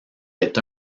est